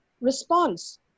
response